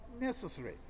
necessary